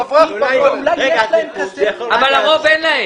לרוב אין.